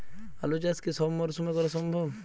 আলু চাষ কি সব মরশুমে করা সম্ভব?